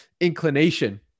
inclination